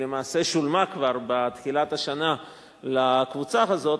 שלמעשה שולמה כבר בתחילת השנה לקבוצה הזאת,